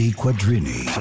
quadrini